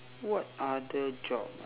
what other job ah